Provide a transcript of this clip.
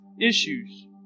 issues